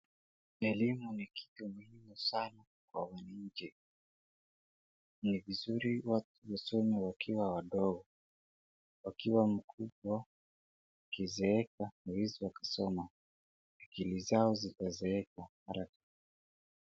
Elimu ni kitu muhimu sana kwa wananchi. Ni vizuri watu kusoma wakiwa wadogo. Wakiwa mkubwa, wakizeeka, hawawezi wakasoma. Akili zao zitazeeka haraka.